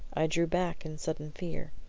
i drew back in sudden fear.